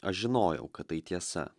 aš žinojau kad tai tiesa